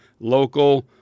Local